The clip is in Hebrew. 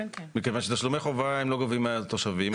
מכיוון שתשלומי חובה הם לא גובים מהתושבים,